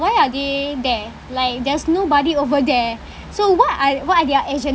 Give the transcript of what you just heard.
why are they there like there's nobody over there so what are what are their agenda